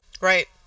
Right